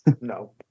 No